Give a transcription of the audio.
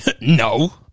No